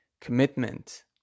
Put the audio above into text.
commitment